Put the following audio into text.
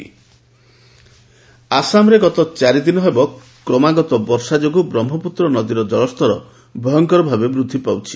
ଆସାମ ବନ୍ୟା ଆସାମରେ ଗତ ଚାରି ଦିନ ହେବ କ୍ରମାଗତ ବର୍ଷା ଯୋଗୁଁ ବ୍ରହ୍ମପୁତ୍ର ନଦୀର ଜଳସ୍ତର ଭୟଙ୍କର ଭାବେ ବୃଦ୍ଧି ପାଉଛି